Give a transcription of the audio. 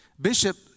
Bishop